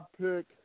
pick